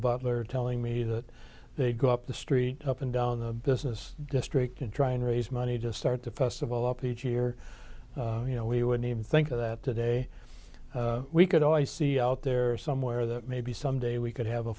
butler telling me that they'd go up the street up and down the business district and try and raise money to start the festival up each year you know we wouldn't even think of that today we could always see out there somewhere that maybe someday we could have a